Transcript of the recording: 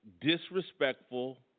disrespectful